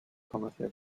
conocer